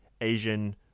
asian